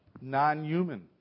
non-human